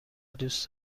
دوست